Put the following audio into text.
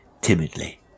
timidly